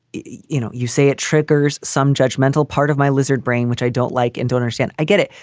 you know, you say it triggers some judgmental part of my lizard brain, which i don't like and understand. i get it.